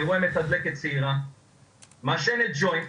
אני רואה מתדלקת צעירה מעשנת ג'וינט